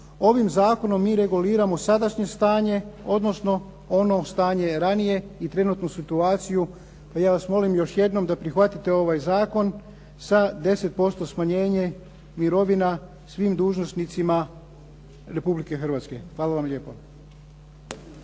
Ovim zakonom mi reguliramo sadašnje stanje, odnosno ono stanje ranije i trenutnu situaciju, pa ja vas molim još jednom da prihvatite ovaj zakon sa 10% smanjenje mirovina svim dužnosnicima Republike Hrvatske. Hvala vam lijepo.